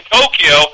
Tokyo